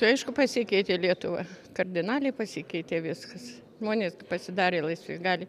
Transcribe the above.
tai aišku pasikeitė lietuva kardinaliai pasikeitė viskas žmonės pasidarė laisvi gali